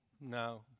No